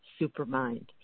Supermind